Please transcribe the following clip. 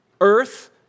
earth